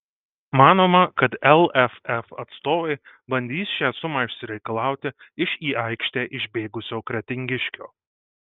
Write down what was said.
manoma kad lff atstovai bandys šią sumą išsireikalauti iš į aikštę išbėgusio kretingiškio